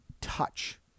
Touch